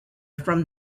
from